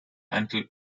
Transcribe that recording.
until